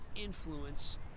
influence